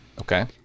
okay